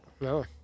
No